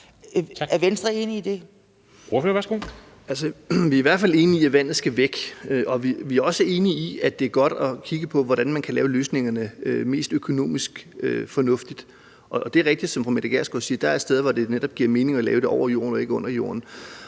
Ordføreren. Kl. 13:36 Jacob Jensen (V): Vi er i hvert fald enige i, at vandet skal væk. Vi er også enige i, det er godt at kigge på, hvordan man kan lave løsningerne økonomisk mest fornuftigt. Det er rigtigt, som fru Mette Gjerskov siger, at der er steder, hvor det netop giver mening at lave det over jorden og ikke under jorden.